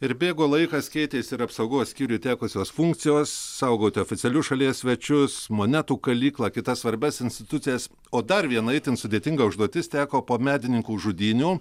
ir bėgo laikas keitėsi ir apsaugos skyriui tekusios funkcijos saugoti oficialius šalies svečius monetų kalyklą kitas svarbias institucijas o dar viena itin sudėtinga užduotis teko po medininkų žudynių